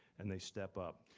and they step up.